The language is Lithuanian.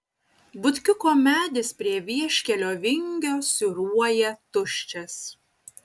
butkiuko medis prie vieškelio vingio siūruoja tuščias